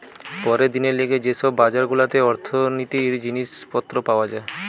পরের দিনের লিগে যে সব বাজার গুলাতে অর্থনীতির জিনিস পত্র পাওয়া যায়